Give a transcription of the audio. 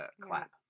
clap